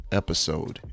episode